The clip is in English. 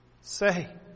Say